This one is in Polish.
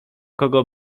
kogo